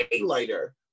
lighter